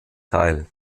teil